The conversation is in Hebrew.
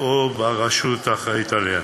או מהרשות האחראית להם.